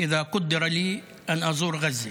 אם תהיה לי אפשרות לבקר בעזה.